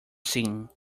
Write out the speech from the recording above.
seen